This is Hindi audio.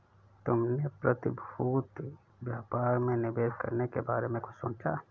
तुमने प्रतिभूति व्यापार में निवेश करने के बारे में कुछ सोचा?